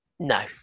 no